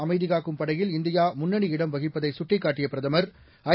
அமைதிகாக்கும் படையில் இந்தியா முன்னணி இடம் வகிப்பதை சுட்டிக்காட்டிய பிரதமர் ஐ